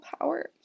power